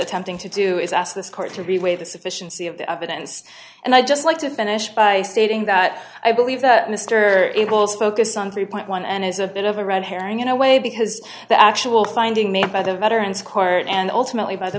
attempting to do is ask this court to relay the sufficiency of the evidence and i'd just like to finish by stating that i believe that mr abels focus on three point one and is a bit of a red herring in a way because the actual finding made by the veterans court and ultimately by the